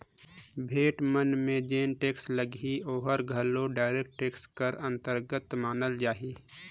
भेंट मन में जेन टेक्स लगही ओहर घलो डायरेक्ट टेक्स कर अंतरगत मानल जाही